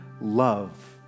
love